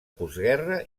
postguerra